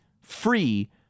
free